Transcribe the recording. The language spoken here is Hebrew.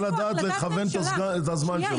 את צריכה לדעת לכוון את הזמן שלך.